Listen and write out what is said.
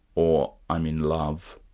or i'm in love,